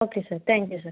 okay sir thank you sir